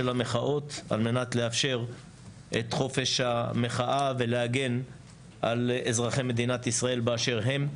המחאות על מנת לאפשר את חופש המחאה ולהגן על אזרחי מדינת ישראל באשר הם,